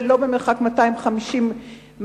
ולא במרחק 250 מטר.